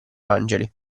angeli